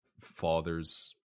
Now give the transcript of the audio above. Fathers